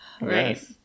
Right